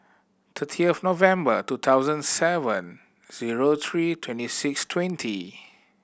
thirtieth November two thousand seven zero three twenty six twenty